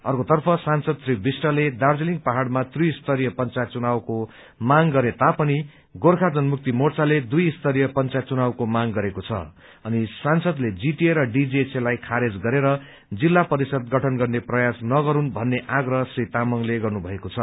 अर्कोतर्फ सांसद श्री विष्टले दार्जीलिङ पहाइमा त्रिस्तरीय पंचायत चुनावको माग गरे तापनि गोर्खा जनमुक्ति मोर्चाले दुइ स्तरीय पंचायत चुनावको माग गरेको छ अनि सांसदले जीटीए र डीजीएचसीलाई खारेज गरेर जिल्ला परिषद गठन गर्ने प्रयास नगरून् भन्ने आग्रह श्री तामाङले गर्नुभएको छ